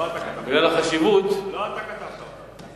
לא אתה כתבת.